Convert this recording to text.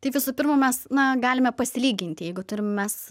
tai visų pirma mes na galime pasilyginti jeigu turim mes